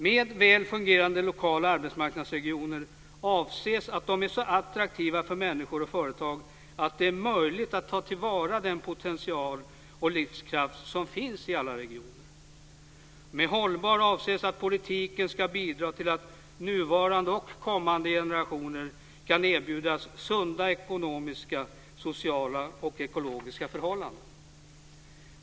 Med "väl fungerande" lokala arbetsmarknadsregioner avses att dessa är så attraktiva för människor och företag att det är möjligt att ta vara på den potential och livskraft som finns i alla regioner. Med "hållbar" avses att politiken ska bidra till att både nuvarande och kommande generationer kan erbjudas sunda ekonomiska, sociala och ekologiska förhållanden.